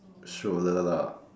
stroller lah